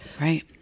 right